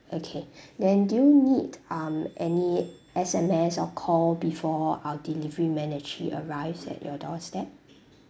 okay then do you need um any S_M_S or call before our delivery managee arrives at your doorstep